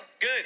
Good